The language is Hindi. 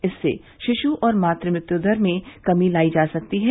इससे शिश् और मातृ मृत्यु दर में कमी लाई जा सकती है